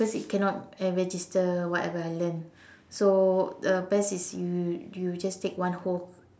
cause it cannot register whatever I learn so uh best is you you just take one whole